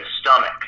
stomach